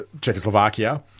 Czechoslovakia